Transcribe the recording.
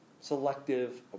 Selective